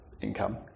income